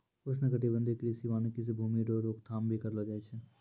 उष्णकटिबंधीय कृषि वानिकी से भूमी रो रोक थाम भी करलो जाय छै